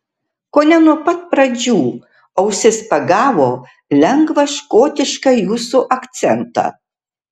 kone nuo pat pradžių ausis pagavo lengvą škotišką jūsų akcentą